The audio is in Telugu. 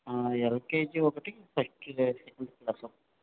ఎల్కేజి ఒకటి ఫస్ట్